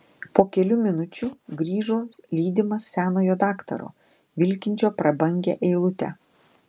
po kelių minučių grįžo lydimas senojo daktaro vilkinčio prabangią eilutę